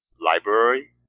library